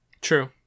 true